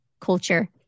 culture